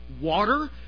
Water